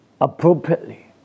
appropriately